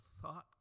thought